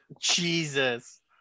Jesus